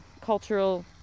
cultural